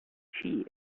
she